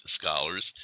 scholars